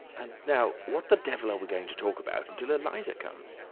and now, what the devil are we going to talk about until eliza comes?